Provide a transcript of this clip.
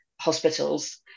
hospitals